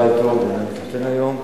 מזל טוב, הוא מתחתן היום.